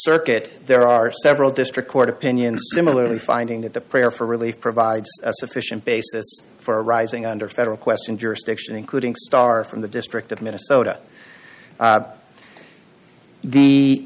circuit there are several district court opinions similarly finding that the prayer for relief provides a sufficient basis for a rising under federal question jurisdiction including star from the district of minnesota